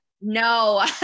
No